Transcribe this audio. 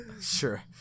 sure